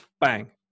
bang